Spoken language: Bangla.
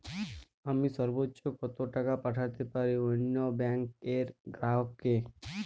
আমি সর্বোচ্চ কতো টাকা পাঠাতে পারি অন্য ব্যাংক র গ্রাহক কে?